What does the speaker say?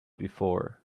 before